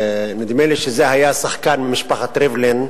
נדמה לי שזה היה שחקן ממשפחת ריבלין,